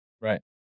Right